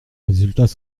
résultats